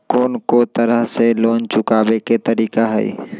कोन को तरह से लोन चुकावे के तरीका हई?